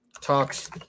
Talks